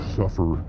suffer